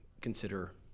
consider